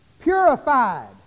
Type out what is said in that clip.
purified